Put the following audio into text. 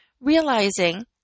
realizing